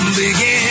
begin